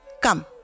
Come